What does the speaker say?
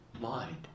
mind